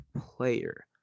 player